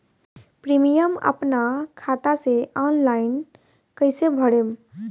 Premium अपना खाता से ऑनलाइन कईसे भरेम?